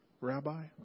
Rabbi